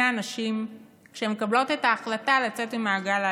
הנשים כשהן מקבלות את ההחלטה לצאת ממעגל האלימות,